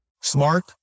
smart